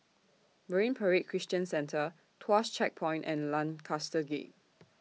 Marine Parade Christian Centre Tuas Checkpoint and Lancaster Gate